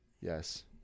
Yes